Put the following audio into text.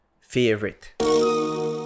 Favorite